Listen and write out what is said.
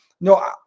No